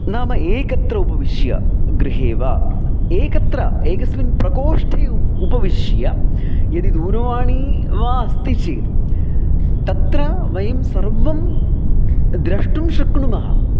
नाम एकत्र उपविश्य गृहे वा एकत्र एकस्मिन् प्रकोष्ठे उपविश्य यदि दूरवाणी वा अस्ति चेत् तत्र वयं सर्वं द्रष्टुं शक्नुमः